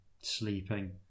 sleeping